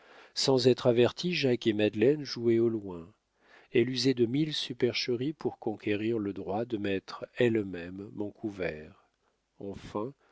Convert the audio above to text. sans être avertis jacques et madeleine jouaient au loin elle usait de mille supercheries pour conquérir le droit de mettre elle-même mon couvert enfin